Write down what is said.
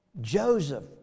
Joseph